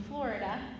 Florida